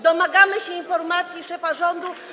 Domagamy się informacji od szefa rządu.